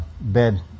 bed